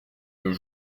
nos